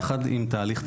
יחד עם תהליך טיפולי,